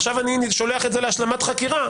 עכשיו אני שולח את זה להשלמת חקירה,